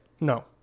No